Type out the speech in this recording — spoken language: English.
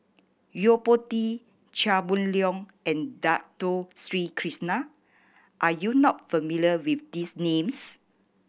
Yo Po Tee Chia Boon Leong and Dato Sri Krishna are you not familiar with these names